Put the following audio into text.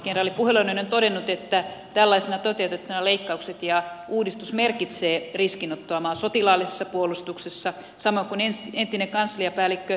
kenraali puheloinen on todennut että tällaisenaan toteutettuna leikkaukset ja uudistus merkitsevät riskinottoa maan sotilaallisessa puolustuksessa samoin kuin esa teittinen kansliapäällikkö